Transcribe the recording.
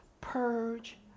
purge